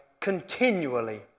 continually